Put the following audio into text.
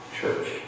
church